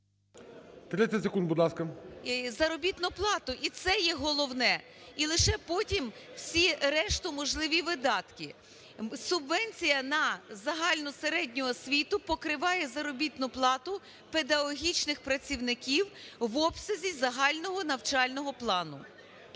30 секунд, будь ласка. ГРИНЕВИЧ Л.М. …заробітну плату. І це є головне. І лише потім всі решту можливі видатки. Субвенція на загальну середню освіту покриває заробітну плату педагогічних працівників в обсязі загального навчального плану.